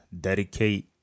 dedicate